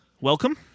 welcome